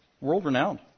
world-renowned